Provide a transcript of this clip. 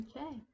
okay